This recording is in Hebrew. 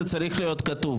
זה צריך להיות כתוב,